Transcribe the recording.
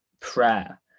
prayer